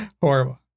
Horrible